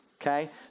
Okay